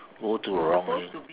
go to the wrong lane